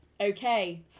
okay